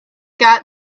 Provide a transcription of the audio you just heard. got